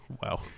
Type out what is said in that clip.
wow